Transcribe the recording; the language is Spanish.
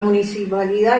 municipalidad